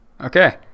Okay